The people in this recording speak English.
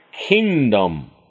kingdom